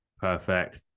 perfect